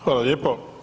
Hvala lijepo.